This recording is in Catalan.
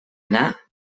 anar